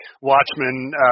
Watchmen